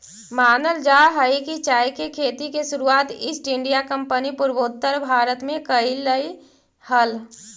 मानल जा हई कि चाय के खेती के शुरुआत ईस्ट इंडिया कंपनी पूर्वोत्तर भारत में कयलई हल